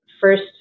first